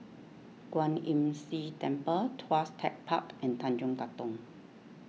Kwan Imm See Temple Tuas Tech Park and Tanjong Katong